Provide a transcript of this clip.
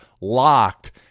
LOCKED